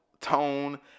Tone